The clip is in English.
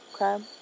Okay